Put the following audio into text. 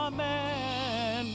Amen